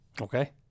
okay